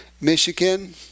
Michigan